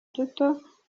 duto